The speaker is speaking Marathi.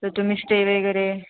तर तुम्ही स्टे वगैरे